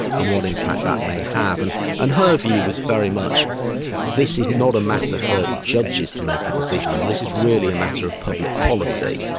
and what impact that may have. and and her view was very much this is not a matter for judges to make a decision on, this is really a matter of public policy.